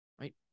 right